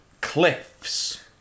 cliffs